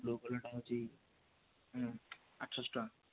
blue କଲର୍ଟା ହେଉଛି ଆଠଶହ ଟଙ୍କା